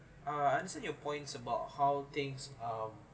uh I understand your points about how things are